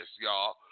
y'all